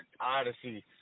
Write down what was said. Odyssey